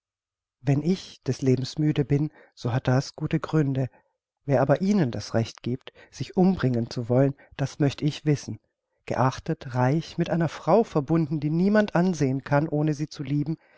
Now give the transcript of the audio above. wenn ich des lebens müde bin so hat das gute gründe wer aber ihnen das recht giebt sich umbringen zu wollen das möcht ich wissen geachtet reich mit einer frau verbunden die niemand ansehen kann ohne sie zu lieben